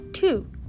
Two